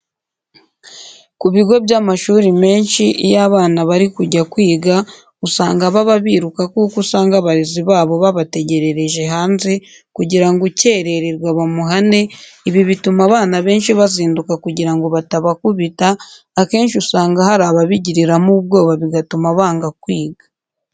Ku bigo by'amashuri menshi iyo abana bari kujya kwiga usanga baba biruka kuko usanga abarezi babo babategerereje hanze kugira ngo ukerererwa bamuhane, ibi bituma abana benshi bazinduka kugira ngo batabakubita, akenshi usanga hari ababigiriramo ubwoba bigatuma banga kwiga.